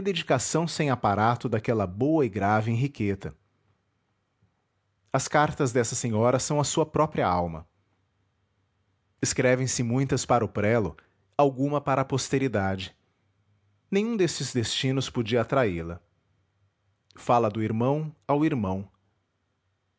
sem aparato daquela boa e grave henriqueta as cartas desta senhora são a sua própria alma escrevem se muitas para o prelo alguma para a posteridade nenhum desses destinos podia atraí la fala do irmão ao irmão